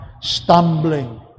stumbling